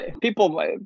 people